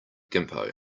gimpo